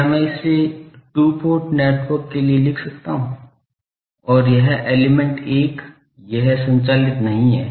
क्या मैं इसे टू पोर्ट नेटवर्क के लिए लिख सकता हूं और यह तत्व 1 यह संचालित नहीं है